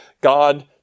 God